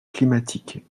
climatique